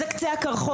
זה קצה הקרחון.